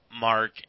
Mark